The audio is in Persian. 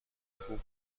خوب